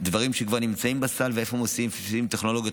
דברים שכבר נמצאים בסל ואיפה מוסיפים טכנולוגיות